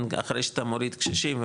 אחרי שאתה מוריד קשישים,